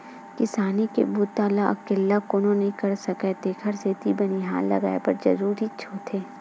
किसानी के बूता ल अकेल्ला कोनो नइ कर सकय तेखर सेती बनिहार लगये बर जरूरीच होथे